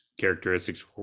characteristics